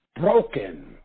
broken